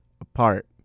apart